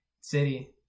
city